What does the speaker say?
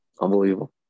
Unbelievable